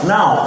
Now